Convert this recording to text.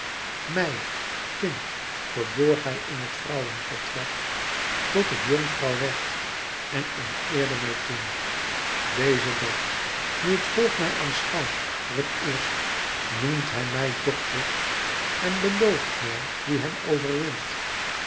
mij kind verborg hij in het vrouwenvertrek tot ik jonkvrouw werd en onteerde mij toen dezen dag nu het volk mij aanschouwt voor het eerst noemt hij mij dochter en belooft mij wie hem